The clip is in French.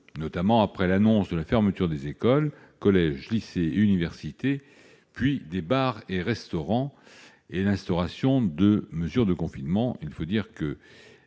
notamment après l'annonce de la fermeture des écoles, des collèges, des lycées et des universités, puis des bars et des restaurants, et à l'instauration de mesures de confinement. Il faut dire que